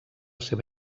seva